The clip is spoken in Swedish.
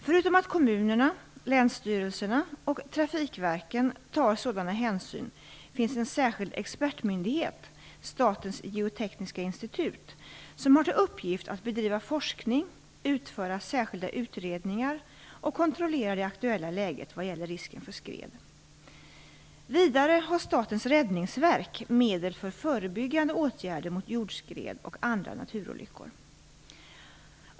Förutom att kommunerna, länsstyrelserna och trafikverken tar sådana hänsyn finns en särskild expertmyndighet, Statens geotekniska institut, som har till uppgift att bedriva forskning, utföra särskilda utredningar och kontrollera det aktuella läget vad gäller risken för skred. Vidare har Statens räddningsverk medel för förebyggande åtgärder mot jordskred och andra naturolyckor.